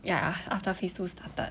ya after phase two started